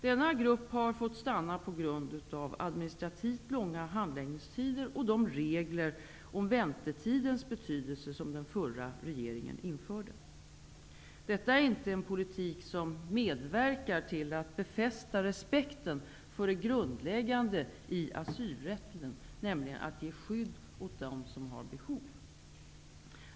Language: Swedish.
Denna grupp har fått stanna på grund av administrativt långa handläggningstider och de regler om väntetidens betydelse som den förra regeringen införde. Detta är inte en politik som medverkar till att befästa respekten för det grundläggande i asylrätten, nämligen att ge skydd till dem som har behov.